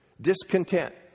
discontent